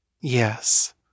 Yes